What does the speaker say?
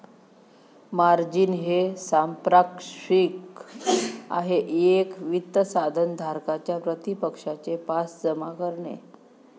margin हे सांपार्श्विक आहे एक वित्त साधन धारकाच्या प्रतिपक्षाचे पास जमा करणे